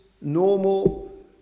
normal